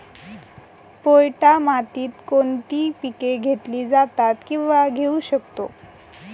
पोयटा मातीत कोणती पिके घेतली जातात, किंवा घेऊ शकतो?